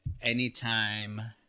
anytime